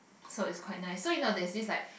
so is quite nice so in all that is like